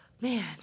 man